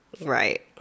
Right